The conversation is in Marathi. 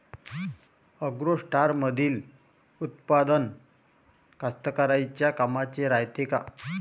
ॲग्रोस्टारमंदील उत्पादन कास्तकाराइच्या कामाचे रायते का?